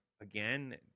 Again